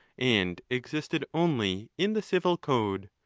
and existed only in the civil code.